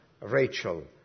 Rachel